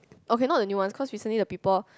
okay not the new ones cause recently the people